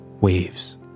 waves